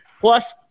Plus